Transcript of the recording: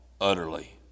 utterly